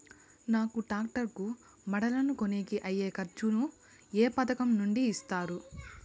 నాకు టాక్టర్ కు మడకలను కొనేకి అయ్యే ఖర్చు ను ఏ పథకం నుండి ఇస్తారు?